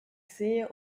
sehe